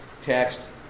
text